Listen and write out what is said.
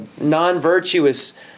non-virtuous